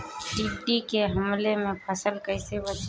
टिड्डी के हमले से फसल कइसे बची?